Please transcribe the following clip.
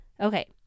Okay